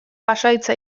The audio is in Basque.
pasahitza